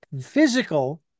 physical